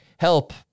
help